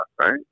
right